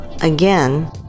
again